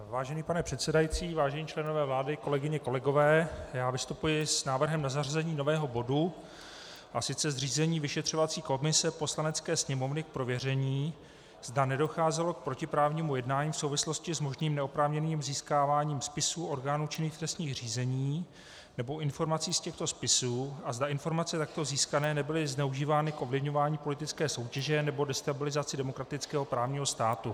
Vážený pane předsedající, vážení členové vlády, kolegyně, kolegové, já vystupuji s návrhem na zařazení nového bodu, a sice Zřízení vyšetřovací komise Poslanecké sněmovny k prověření, zda nedocházelo k protiprávnímu jednání v souvislosti s možným neoprávněným získáváním spisů orgánů činných v trestních řízeních nebo informací z těchto spisů a zda informace takto získané nebyly zneužívány k ovlivňování politické soutěže nebo destabilizaci demokratického právního státu.